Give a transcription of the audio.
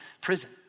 prison